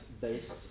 based